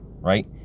right